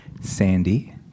Sandy